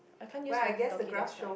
I can't use walkie talkie last time